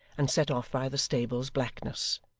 and set off by the stable's blackness.